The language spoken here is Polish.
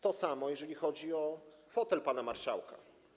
To samo jeżeli chodzi o fotel pana marszałka.